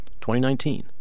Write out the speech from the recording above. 2019